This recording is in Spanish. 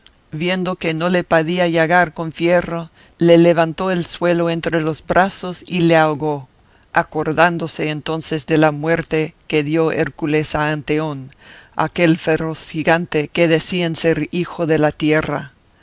viendo que no le podía llagar con fierro le levantó del suelo entre los brazos y le ahogó acordándose entonces de la muerte que dio hércules a anteón aquel feroz gigante que decían ser hijo de la tierra